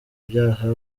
byaha